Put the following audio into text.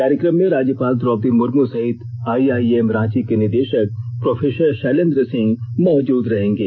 कार्यकम में राज्यपाल द्रौपदी मुर्मू सहित आइआइएम रांची के निदेषक प्रो शैलेन्द्र सिंह मौजूद रहेंगे